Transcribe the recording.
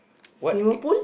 what c~